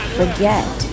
forget